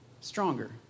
stronger